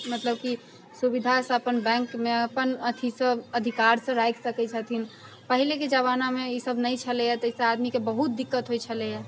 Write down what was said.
मतलब कि सुविधा से अपन बैंकमे अपन अथि से अधिकार से राखि सकै छथिन पहिलेके जमानामे इसभ नहि छेलै है ताहि से आदमीके बहुत दिक्कत होइ छलै है